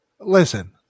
Listen